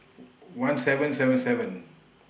one seven seven seven